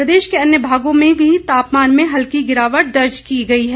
प्रदेश के अन्य भागों में भी तापमान में हल्की गिरावट दर्ज की गई है